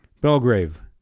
Belgrave